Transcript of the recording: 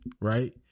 right